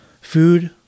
food